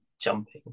jumping